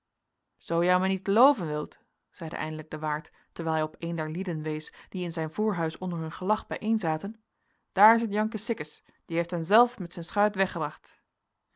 zoo jou me niet elooven wilt zeide eindelijk de waard terwijl hij op een der lieden wees die in zijn voorhuis onder hun gelag bijeenzaten daar zit janke sikkes die heeft hen zelf met zijn schuit weg